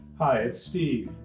hi, it's steve.